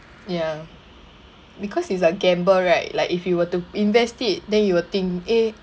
ya because it's a gamble right like if you were to invest it then you will think eh